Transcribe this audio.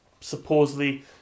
supposedly